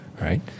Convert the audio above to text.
right